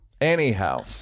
anyhow